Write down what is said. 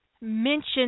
mention